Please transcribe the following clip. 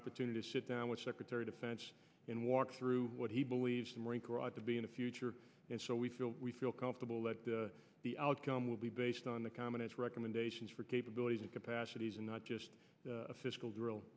opportunity to sit down with secretary defense in walk through what he believes the marine corps ought to be in the future and so we feel we feel comfortable that the outcome will be based on the common its recommendations for capabilities and capacities and not just a fiscal drill